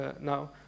now